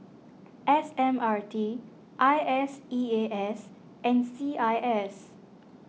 S M R T I S E A S and C I S